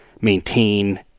maintain